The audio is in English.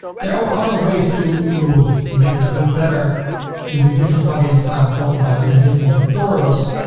there are ways to to make this look better using different plugins, and i will talk about it in different tutorials,